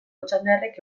otxandiarrek